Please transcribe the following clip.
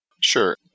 Sure